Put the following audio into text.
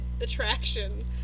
attraction